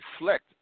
reflect